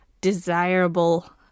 desirable